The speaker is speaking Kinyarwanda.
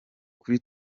kuri